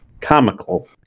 comical